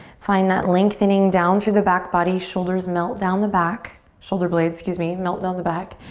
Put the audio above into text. find that lengthening down through the back body. shoulders melt down the back. shoulder blades, scuse me, melt down the back,